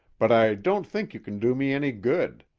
but i don't think you can do me any good.